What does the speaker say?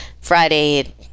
friday